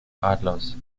adlers